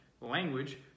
language